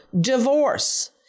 divorce